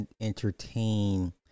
entertain